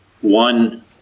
one